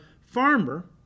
farmer